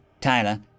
Tyler